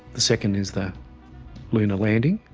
the second is the lunar landing,